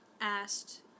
asked